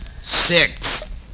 six